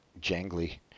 Jangly